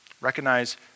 Recognize